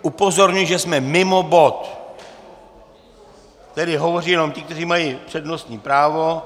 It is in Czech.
Upozorňuji, že jsme mimo bod, tedy hovoří jenom ti, kteří mají přednostní právo.